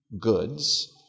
goods